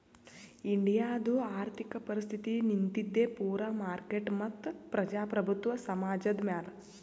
ಇಂಡಿಯಾದು ಆರ್ಥಿಕ ಪರಿಸ್ಥಿತಿ ನಿಂತಿದ್ದೆ ಪೂರಾ ಮಾರ್ಕೆಟ್ ಮತ್ತ ಪ್ರಜಾಪ್ರಭುತ್ವ ಸಮಾಜದ್ ಮ್ಯಾಲ